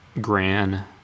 Gran